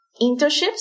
internships